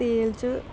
तेल च